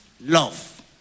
love